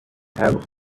have